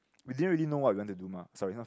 we didn't really know what we want to do mah